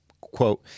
quote